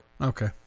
Okay